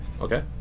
Okay